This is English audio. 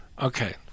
Okay